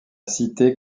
cité